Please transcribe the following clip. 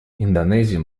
индонезия